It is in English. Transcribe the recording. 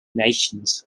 nations